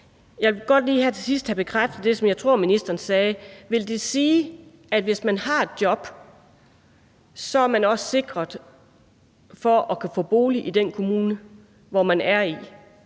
Jeg vil godt lige her til sidst have bekræftet det, som jeg tror ministeren sagde. Vil det sige, at hvis man har et job, er man også sikret at kunne få en bolig i den kommune, man arbejder i?